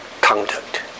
conduct